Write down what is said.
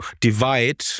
divide